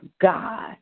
God